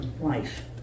life